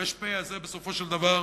הר"פ הזה בסופו של דבר,